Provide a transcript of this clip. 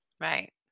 Right